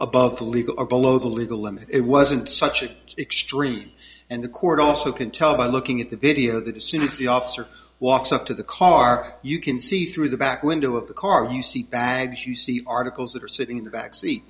above the legal or below the legal limit it wasn't such an extreme and the court also can tell by looking at the video that the city officer walks up to the car you can see through the back window of the car you see bags you see articles that are sitting in the back seat